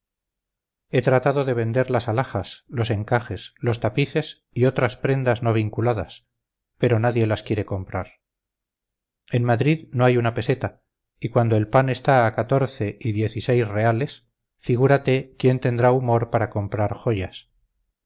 he tratado de vender las alhajas los encajes los tapices y otras prendas no vinculadas pero nadie las quiere comprar en madrid no hay una peseta y cuando el pan está a catorce y diez y seis reales figúrate quién tendrá humor para comprar joyas